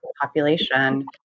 population